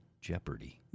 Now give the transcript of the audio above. jeopardy